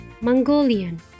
Mongolian